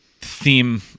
theme